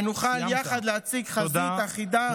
ונוכל יחד להציג חזית אחידה,